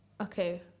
okay